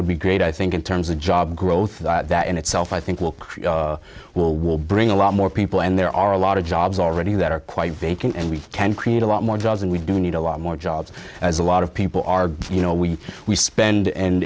would be great i think in terms of job growth that that in itself i think will will will bring a lot more people and there are a lot of jobs already that are quite vacant and we can create a lot more jobs and we do need a lot more jobs as a lot of people are you know we we spend and